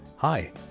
Hi